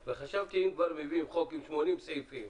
אם כבר מביאים חוק עם 80 סעיפים,